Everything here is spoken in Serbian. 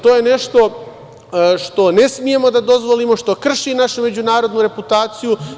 To je nešto što ne smemo da dozvolimo, što krši našu međunarodnu reputaciju.